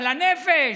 על הנפש,